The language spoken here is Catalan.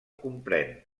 comprèn